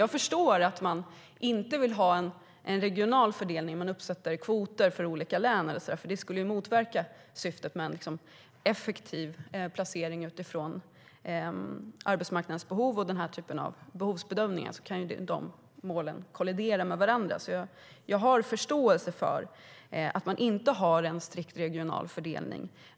Jag förstår att man inte vill ha en regional fördelning där man uppsätter kvoter för olika län, för det skulle motverka syftet med en effektiv placering utifrån arbetsmarknadens behov och den här typen av behovsbedömningar. De målen kan ju kollidera med varandra. Jag har förståelse för att man inte har en strikt regional fördelning.